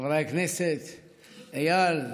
חברי הכנסת, איל,